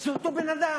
זה אותו בן-אדם.